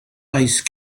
ice